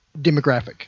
demographic